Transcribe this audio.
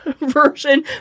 version